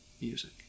music